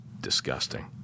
disgusting